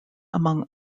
among